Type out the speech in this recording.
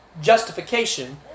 justification